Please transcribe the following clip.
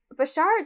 Bashar